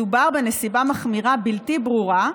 מדובר בנסיבה מחמירה בלתי ברורה,